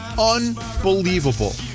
unbelievable